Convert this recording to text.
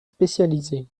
spécialisée